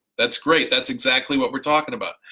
that's great, that's exactly what we're talking about.